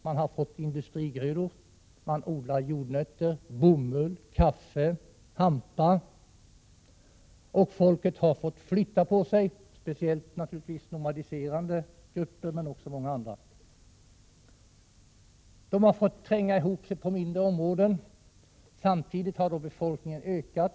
Man har sått industrigrödor, man odlar jordnötter, bomull, kaffe och hampa. Folket har fått flytta på sig, speciellt nomadfolk men också många andra. De har fått tränga ihop sig på mindre områden, samtidigt som befolkningen har ökat.